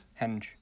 henge